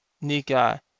Nika